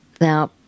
now